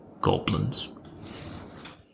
goblins